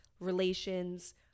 relations